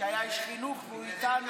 שהיה איש חינוך, והוא איתנו,